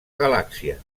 galàxia